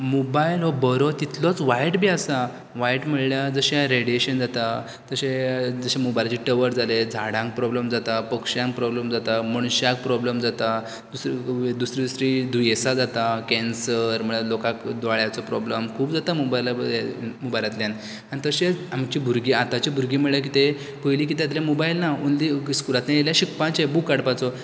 mobile हो बरो तितलोच वायट बी आसा वायट म्हळ्यार जशें रेडियेशन जाता जशें जशे मोबायलाचें टॉवर जाले झाडांक प्रोब्लम जाता पक्षांक प्रोब्लम जाता मनशाक प्रोब्लम जाता दुसरे दुसरीं दुसरीं दुयेसां जाता कॅन्सर म्हळ्यार लोकांक दोळ्याचो प्रोब्लम खूब जाता मोबायलाक हें मोबायलांतल्यान तशेंच आमचीं भुरगीं आताचीं भुरगीं म्हळ्यार कितें पयलीं कितें आसलें मोबायल ना ओनली स्कुलांतल्यान येयले शिकपाचें बूक काडपाचो